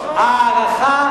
הכול.